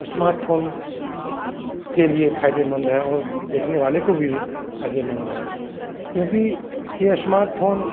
smartphone के लिए फायदेमंद हैं और देखने वाले को भी फायदेमंद है क्यूँकि यह इश्मार्टफोन